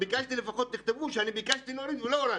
ביקשתי לפחות תכתבו שביקשתי להוריד ולא הורדתם.